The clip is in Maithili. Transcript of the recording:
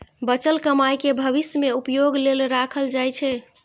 बचल कमाइ कें भविष्य मे उपयोग लेल राखल जाइ छै